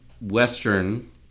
Western